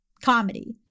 comedy